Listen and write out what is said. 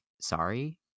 Sorry